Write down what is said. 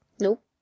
Nope